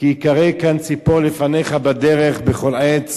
"כי יקרא קן צפור לפניך בדרך בכל עץ